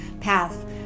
path